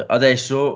adesso